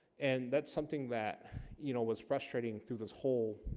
and that's something that you know was frustrating through this whole